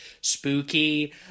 spooky